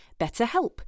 BetterHelp